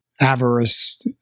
avarice